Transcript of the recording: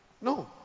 No